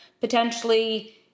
potentially